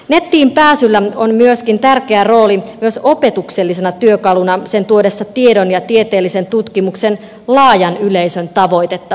nettiin pääsyllä on myöskin tärkeä rooli opetuksellisena työkaluna sen tuodessa tiedon ja tieteellisen tutkimuksen laajan yleisön tavoitettavaksi